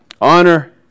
Honor